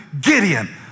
Gideon